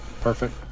perfect